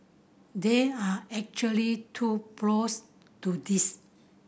there are actually two pros to this